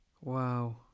Wow